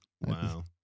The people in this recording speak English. Wow